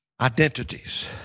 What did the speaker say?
Identities